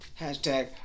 Hashtag